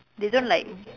they don't like